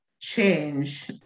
change